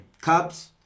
cups